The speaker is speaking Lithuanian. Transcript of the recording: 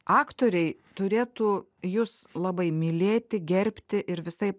aktoriai turėtų jus labai mylėti gerbti ir visaip